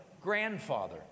grandfather